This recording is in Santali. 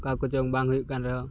ᱚᱠᱟᱠᱚ ᱪᱚᱝ ᱵᱟᱝ ᱦᱩᱭᱩᱜᱠᱟᱱ ᱨᱮᱦᱚᱸ